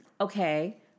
Okay